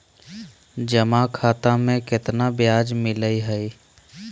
जमा खाता में केतना ब्याज मिलई हई?